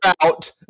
out